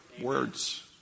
words